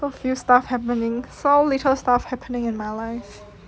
so few stuff happening so little stuff happening in my life